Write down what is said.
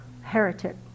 heretic